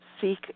seek